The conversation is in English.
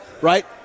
right